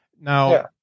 Now